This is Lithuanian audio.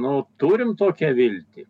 nu turim tokią viltį